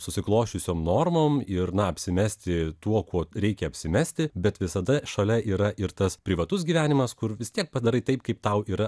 susiklosčiusiom normom ir na apsimesti tuo kuo reikia apsimesti bet visada šalia yra ir tas privatus gyvenimas kur vis tiek padarai taip kaip tau yra